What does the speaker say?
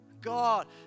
God